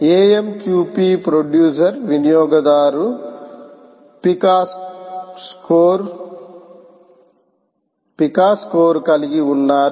AMQP producer వినియోగదారు పికా score కలిగి ఉన్నారు